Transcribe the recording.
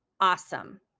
awesome